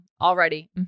already